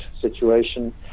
situation